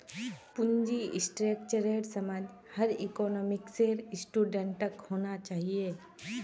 पूंजी स्ट्रक्चरेर समझ हर इकोनॉमिक्सेर स्टूडेंटक होना चाहिए